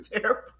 terrible